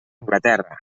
anglaterra